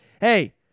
Hey